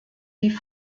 die